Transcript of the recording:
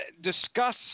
discuss